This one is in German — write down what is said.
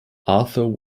arthur